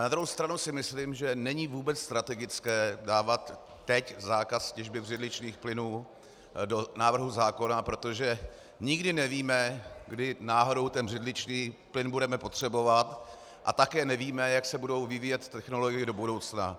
Na druhou stranu si myslím, že není vůbec strategické dávat teď zákaz těžby břidličných plynů do návrhu zákona, protože nikdy nevíme, kdy náhodou ten břidličný plyn budeme potřebovat, a také nevíme, jak se budou vyvíjet technologie do budoucna.